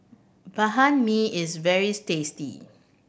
Banh Mi is very tasty